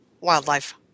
wildlife